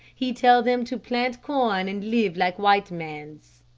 he tell them to plant corn and live like white mans